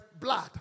blood